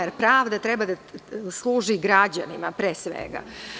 Jer pravda treba da služi građanima, pre svega.